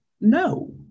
No